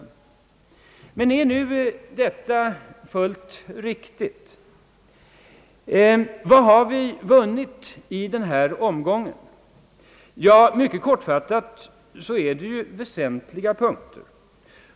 Är nu detta fullt riktigt? Har vi inte i själva verket vunnit mycket i framsteg och ökningar av u-hjälpen den här omgången? Jo, det har vi — på väsentliga punkter.